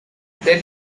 they